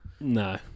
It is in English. No